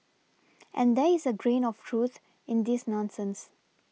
and there is a grain of truth in this nonsense